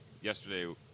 Yesterday